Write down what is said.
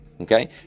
Okay